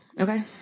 Okay